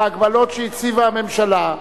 בהגבלות שהציבה הממשלה,